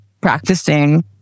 practicing